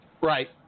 Right